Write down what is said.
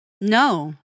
No